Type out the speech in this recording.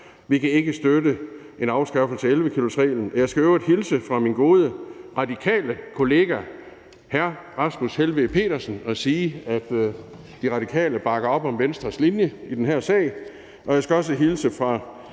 vi kan ikke støtte en afskaffelse af 11-kilosreglen. Jeg skal i øvrigt hilse fra min gode radikale kollega hr. Rasmus Helveg Petersen og sige, at De Radikale bakker op om Venstres linje i den her sag, og jeg skal også hilse fra